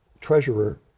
treasurer